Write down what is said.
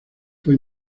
fue